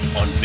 on